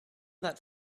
that